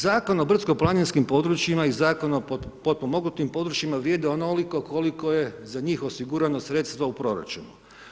Zakon o brdsko planinskim područjima i Zakon o potpomoganim područjima, vrijede onoliko koliko je za njih osigurano sredstva u proračunu.